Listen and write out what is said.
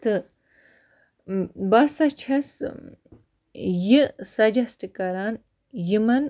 تہٕ بہٕ ہَسا چھَس یہِ سَجَشٹ کَران یِمَن